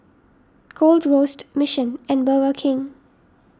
Gold Roast Mission and Burger King